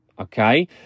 okay